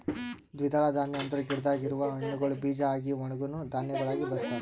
ದ್ವಿದಳ ಧಾನ್ಯ ಅಂದುರ್ ಗಿಡದಾಗ್ ಇರವು ಹಣ್ಣುಗೊಳ್ ಬೀಜ ಆಗಿ ಒಣುಗನಾ ಧಾನ್ಯಗೊಳಾಗಿ ಬಳಸ್ತಾರ್